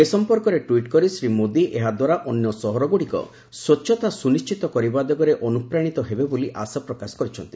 ଏ ସଂପର୍କରେ ଟ୍ୱିଟ୍ କରି ଶ୍ରୀ ମୋଦୀ ଏହା ଦ୍ୱାରା ଅନ୍ୟ ସହରଗୁଡ଼ିକ ସ୍ପଚ୍ଛତା ସୁନିଶ୍ଚିତ କରିବା ଦିଗରେ ଅନୁପ୍ରାଣିତ ହେବେ ବୋଲି ଆଶା ପ୍ରକାଶ କରିଛନ୍ତି